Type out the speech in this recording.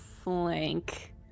Flank